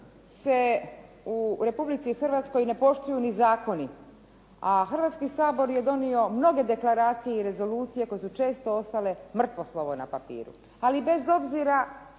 se u Republici Hrvatskoj ne poštuju ni zakoni a Hrvatski sabor je donio mnoge deklaracije i rezolucije koje su često ostale mrtvo slovo na papiru, ali bez obzira